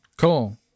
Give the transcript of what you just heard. cool